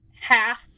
half